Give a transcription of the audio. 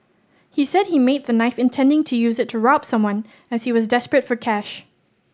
he said he made the knife intending to use it to rob someone as he was desperate for cash